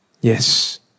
yes